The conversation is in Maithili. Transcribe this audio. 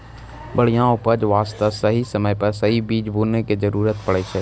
बढ़िया उपज वास्तॅ सही समय पर सही बीज बूनै के जरूरत पड़ै छै